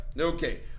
Okay